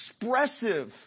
expressive